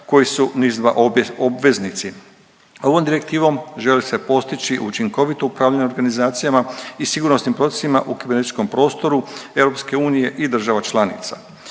koji su NIS2 obveznici. Ovom direktivom želi se postići učinkovito upravljanje organizacijama i sigurnosnim procesima u kibernetičkom prostoru EU i država članica.